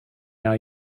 now